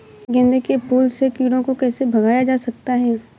गेंदे के फूल से कीड़ों को कैसे भगाया जा सकता है?